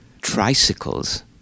tricycles